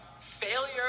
failure